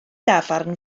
dafarn